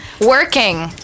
Working